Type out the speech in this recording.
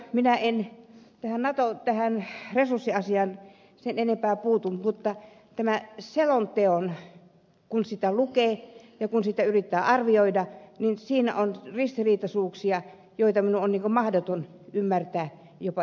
minä en tähän resurssiasiaan sen enempää puutu mutta tässä selonteossa kun sitä lukee ja kun sitä yrittää arvioida on ristiriitaisuuksia joita minun on mahdotonta ymmärtää saati hyväksyä